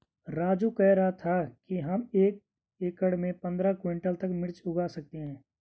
राजू कह रहा था कि हम एक एकड़ में पंद्रह क्विंटल तक मिर्च उगा सकते हैं